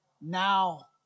Now